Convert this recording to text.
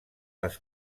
les